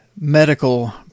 medical